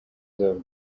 zabo